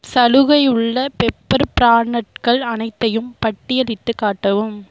சலுகை உள்ள பெப்பர் பிரானட்கள் அனைத்தையும் பட்டியலிட்டுக் காட்டவும்